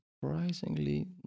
surprisingly